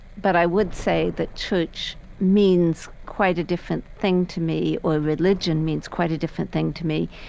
but i would say that church means quite a different thing to me, or religion means quite a different thing to me,